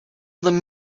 them